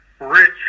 rich